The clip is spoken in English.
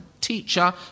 teacher